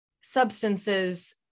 substances